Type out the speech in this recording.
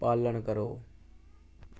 पालन करो